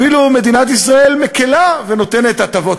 אפילו מדינת ישראל מקלה ונותנת הטבות